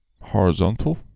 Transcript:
horizontal